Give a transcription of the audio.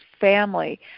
family